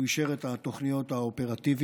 הוא אישר את התוכניות האופרטיביות.